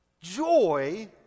joy